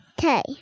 Okay